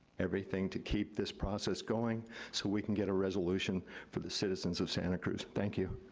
everything to keep this process going so we can get a resolution for the citizens of santa cruz. thank you.